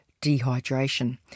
dehydration